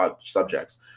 subjects